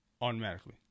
Automatically